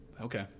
okay